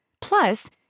plus